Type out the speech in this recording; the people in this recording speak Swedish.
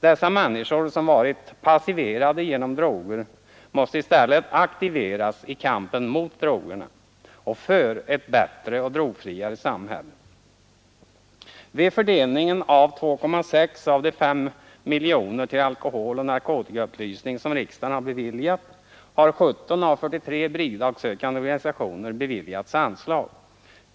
De: människor som blivit passiverade genom droger måste i stället aktiveras i kampen mot drogerna och för ett bättre och drogfriare samhälle. Vid fördelningen av 2,6 miljoner av de 5 miljoner kronor till alkoholoch narkotikaupplysning, som riksdagen har beviljat, har 17 av 43 bidragssökande organisationer beviljats anslag.